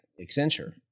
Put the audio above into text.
Accenture